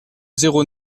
zéro